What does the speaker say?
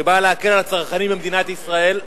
שבאה להקל על הצרכנים במדינת ישראל.